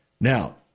Now